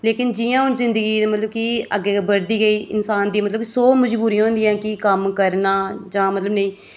लेकिन जि'यां हून जिंदगी मतलव च अग्गें बदधी गेई इंसान दियां मतलब सौ मजबुरियां होंदियां कि कम्म करना जां मतलब नेईं